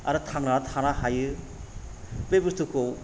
आरो थांना थानो हायो बे बुस्थुखौ